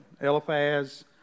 Eliphaz